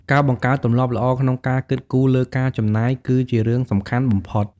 ការបង្កើតទម្លាប់ល្អក្នុងការគិតគូរលើការចំណាយ គឺជារឿងសំខាន់បំផុត។